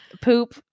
poop